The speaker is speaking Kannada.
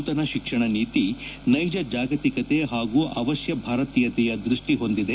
ನೂತನ ಶಿಕ್ಷಣ ನೀತಿ ನೈಜ ಜಾಗತಿಕತೆ ಹಾಗೂ ಅವಕ್ಕ ಭಾರತೀಯತೆಯ ದೃಷ್ಟಿ ಹೊಂದಿದೆ